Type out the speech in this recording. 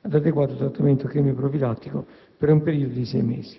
ad adeguato trattamento chemioprofilattico per un periodo di sei mesi;